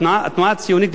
התנועה הציונית,